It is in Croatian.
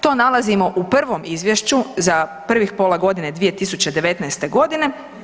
To nalazimo u prvom izvješću za prvih pola godine 2019. godine.